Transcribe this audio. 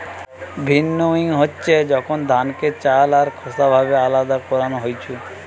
ভিন্নউইং হচ্ছে যখন ধানকে চাল আর খোসা ভাবে আলদা করান হইছু